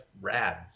rad